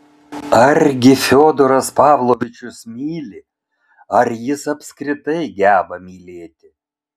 argi fiodoras pavlovičius myli ar jis apskritai geba mylėti